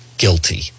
guilty